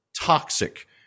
toxic